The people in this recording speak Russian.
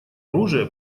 оружия